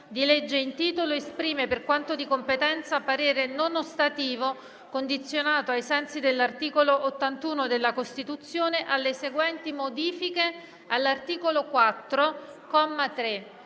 di legge in titolo, esprime, per quanto di competenza, parere non ostativo condizionato, ai sensi dell'articolo 81 della Costituzione, alle seguenti modifiche all'articolo 4,